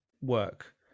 work